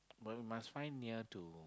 but we must find near to